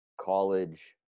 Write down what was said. college